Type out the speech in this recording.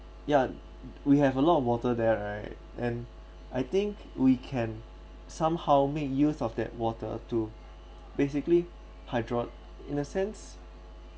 yeah we have a lot of water there right and I think we can somehow make use of that water to basically hydro in a sense